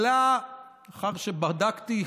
לאחר שבדקתי,